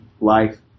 life